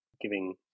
giving